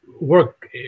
work